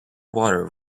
water